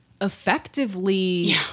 effectively